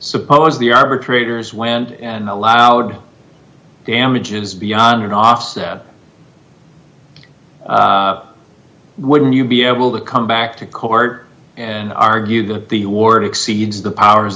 suppose the arbitrator's went and allowed damages beyond an offset wouldn't you be able to come back to court and argue that the ward exceeds the powers